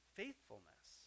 faithfulness